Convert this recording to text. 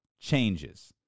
changes